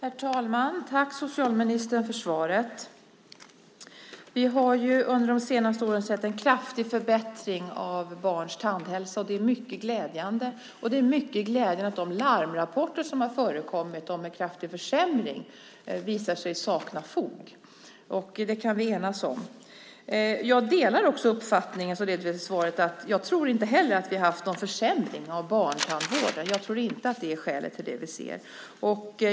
Herr talman! Tack, socialministern, för svaret. Vi har under de senaste åren sett en kraftig förbättring av barns tandhälsa. Det är mycket glädjande, och det är mycket glädjande att de larmrapporter som har förekommit om en kraftig försämring visar sig sakna fog. Det kan vi enas om. Jag delar den uppfattning som redovisas i svaret att vi inte - jag tror inte heller det - har haft någon försämring av barntandvården. Jag tror inte att det är skälet till det vi ser.